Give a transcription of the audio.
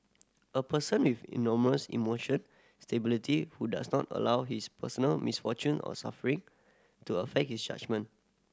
a person with enormous emotion stability who does not allow his personal misfortune or suffering to affect his judgement